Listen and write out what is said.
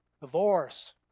divorce